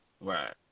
Right